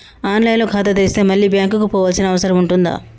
On line లో ఖాతా తెరిస్తే మళ్ళీ బ్యాంకుకు పోవాల్సిన అవసరం ఉంటుందా?